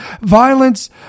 violence